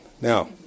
Now